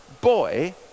boy